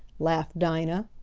laughed dinah.